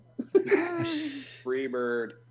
Freebird